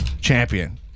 champion